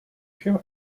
have